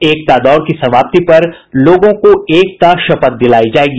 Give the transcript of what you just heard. एकता दौड़ की समाप्ति पर लोगों को एकता शपथ दिलायी जायेगी